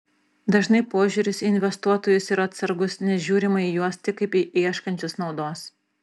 dažnai požiūris į investuotojus yra atsargus nes žiūrima į juos tik kaip į ieškančius naudos